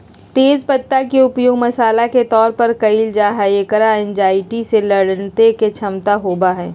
तेज पत्ता के उपयोग मसाला के तौर पर कइल जाहई, एकरा एंजायटी से लडड़े के क्षमता होबा हई